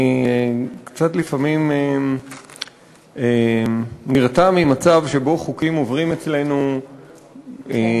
אני לפעמים קצת נרתע ממצב שבו חוקים עוברים אצלנו ככה,